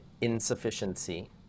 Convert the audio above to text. insufficiency